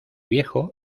viejo